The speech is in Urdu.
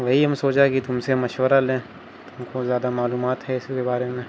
وہی ہم سوچا کہ تم سے مشورہ لیں تم کو زیادہ معلومات ہے اس کے بارے میں